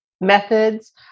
methods